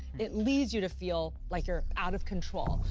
it leads you to feel like you're out of control,